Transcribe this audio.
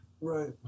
right